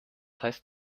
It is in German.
heißt